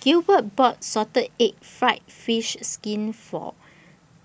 Gilbert bought Salted Egg Fried Fish Skin For